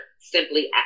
simply